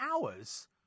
hours